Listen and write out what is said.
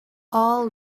all